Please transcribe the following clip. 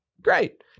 Great